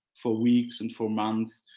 for weeks and for months.